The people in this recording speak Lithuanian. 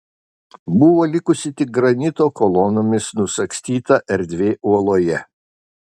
buvo likusi tik granito kolonomis nusagstyta erdvė uoloje